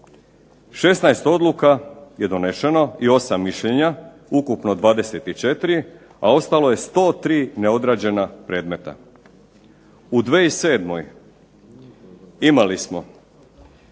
16 odluka je donešeno i 8 mišljenja ukupno 24, a ostalo je 103 neodrađena predmeta. U 2007. imali smo